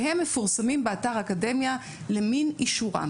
והם מפורסמים באתר האקדמיה למן אישורם